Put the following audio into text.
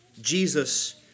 Jesus